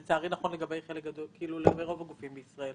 זה נכון לגבי רוב הגופים בישראל.